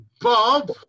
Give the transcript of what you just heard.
Bob